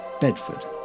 Bedford